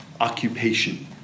occupation